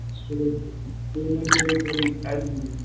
payment چھُو تۄہہِ کَرٕنۍ